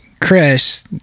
Chris